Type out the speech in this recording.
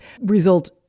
result